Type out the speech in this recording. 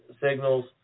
signals